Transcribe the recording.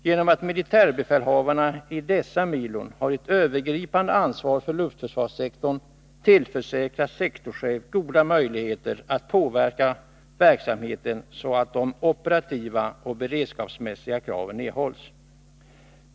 Genom att militärbefälhavarna i dessa milon har ett övergripande ansvar för luftförsvarssektorn tillförsäkras sektorscheferna goda möjligheter att påverka verksamheten, så att de operativa och beredskapsmässiga kraven tillgodoses.